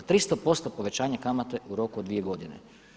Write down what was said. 300% povećanje kamate u roku od 2 godine.